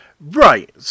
Right